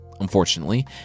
Unfortunately